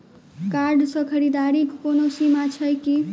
Card सँ खरीददारीक कोनो सीमा छैक की?